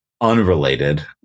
unrelated